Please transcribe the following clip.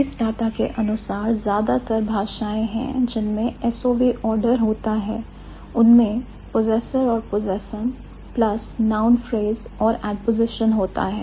इस डाटा के अनुसार ज्यादातर भाषाएं हैं जिनमें SOV order होता है उनमें possessor और possessum प्लस noun phrase और adposition होता है